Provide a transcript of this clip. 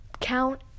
count